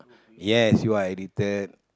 yes you are addicted